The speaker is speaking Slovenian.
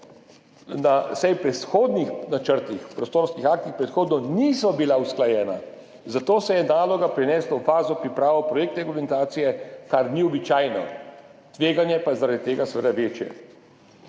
saj pri vzhodnih načrtih, prostorskih aktih predhodno niso bila usklajena, zato se je naloga prenesla v fazo priprave projektne dokumentacije, kar ni običajno, tveganje pa je zaradi tega seveda večje.